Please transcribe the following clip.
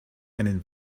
einen